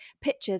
pictures